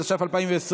התש"ף 2020,